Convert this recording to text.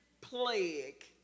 plague